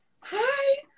Hi